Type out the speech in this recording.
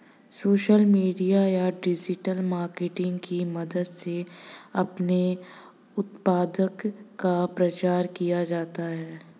social media या digital marketing की मदद से अपने उत्पाद का प्रचार किया जाता है